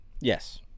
Yes